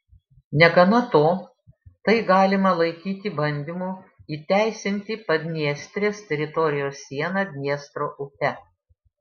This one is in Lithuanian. negana to tai galima laikyti bandymu įteisinti padniestrės teritorijos sieną dniestro upe